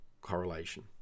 correlation